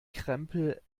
krempel